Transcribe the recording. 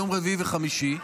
ביום רביעי וביום חמישי.